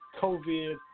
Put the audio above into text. COVID